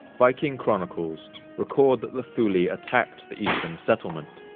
viking chronicles record that the thuli attacked the eastern settlement,